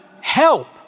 help